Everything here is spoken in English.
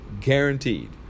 Guaranteed